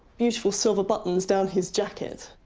beautiful silver buttons down his jacket.